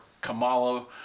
kamala